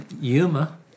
Yuma